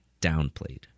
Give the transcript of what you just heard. downplayed